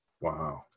Wow